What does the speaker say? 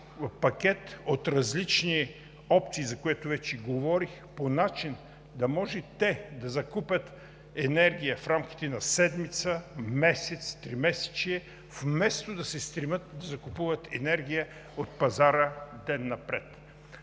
пакет от различни опции, за което вече говорих, по начин да може те да закупят енергия в рамките на седмица, месец, тримесечие, вместо да се стремят да закупуват енергия от пазара „Ден напред“.